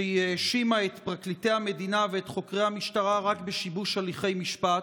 שהיא האשימה את פרקליטי המדינה ואת חוקרי המשטרה רק בשיבוש הליכי משפט,